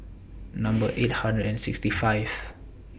Number eight hundred and sixty five